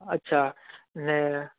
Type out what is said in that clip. અચ્છા અને